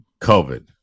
COVID